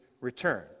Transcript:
return